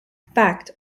fact